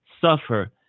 suffer